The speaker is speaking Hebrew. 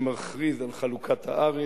שמכריז על חלוקת הארץ,